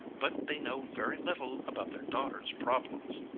but they know very little about their daughters' problems.